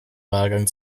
wahlgang